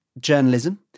journalism